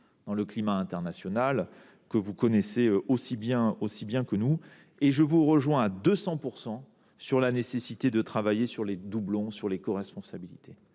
la situation internationale, que vous connaissez aussi bien que nous. Je vous rejoins totalement sur la nécessité de travailler sur les doublons, sur les coresponsabilités.